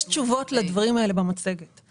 במצגת לדברים האלה יש תשובות.